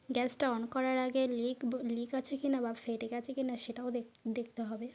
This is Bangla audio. গ্যাসটা অন করার আগে লিক বা লিক আছে কি না বা ফেটে গেছে কি না সেটাও দেখতে হবে